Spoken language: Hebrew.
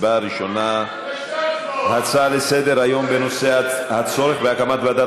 הצבעה ראשונה על הצעה לסדר-היום בנושא הצורך בהקמת ועדת